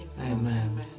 Amen